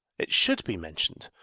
it should be mentioned,